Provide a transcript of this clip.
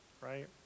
right